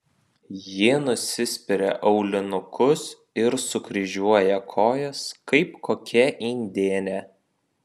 ji nusispiria aulinukus ir sukryžiuoja kojas kaip kokia indėnė